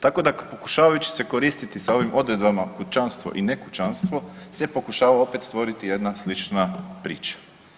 Tako da pokušavajući se koristiti sa ovim odredbama kućanstvo i ne kućanstvo se pokušava opet stvoriti jedna slična priča.